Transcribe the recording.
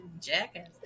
jackass